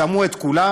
שמעו את כולם.